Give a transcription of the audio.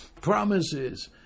promises